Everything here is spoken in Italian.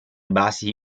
basi